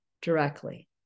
directly